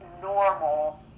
normal